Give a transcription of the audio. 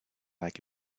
like